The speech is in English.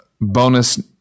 bonus